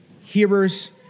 hearers